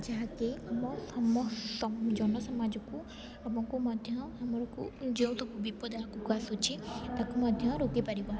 ଯାହାକି ଆମ ଜନସମାଜକୁ ଆମକୁ ମଧ୍ୟ ଆମକୁ ଯେଉଁ ବିପଦକୁ ଆସୁଛି ତାକୁ ମଧ୍ୟ ରୋକିପାରିବା